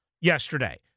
yesterday